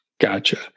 Gotcha